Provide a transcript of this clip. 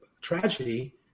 tragedy